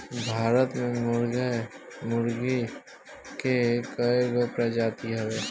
भारत में मुर्गी मुर्गा के कइगो प्रजाति हवे